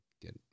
get